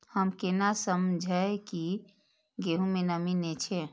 हम केना समझये की गेहूं में नमी ने छे?